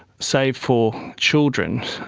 save for children,